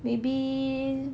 maybe